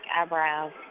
eyebrows